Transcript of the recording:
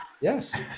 yes